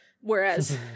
whereas